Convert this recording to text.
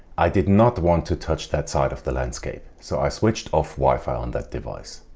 i did not want to touch that side of the landscape. so i switched off wi-fi on that device.